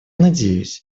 надеюсь